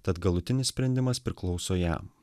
tad galutinis sprendimas priklauso jam